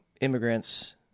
immigrants